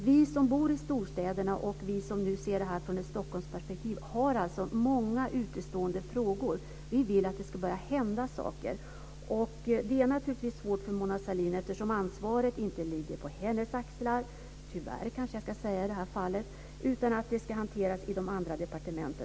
Vi som bor i storstäderna och vi som ser det här ur ett Stockholmsperspektiv har alltså många obesvarade frågor. Vi vill att det ska börja hända saker. Det är naturligtvis svårt för Mona Sahlin, eftersom ansvaret inte ligger på hennes axlar - tyvärr, kanske jag ska säga i det här fallet - och frågorna ska hanteras i andra departement.